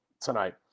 tonight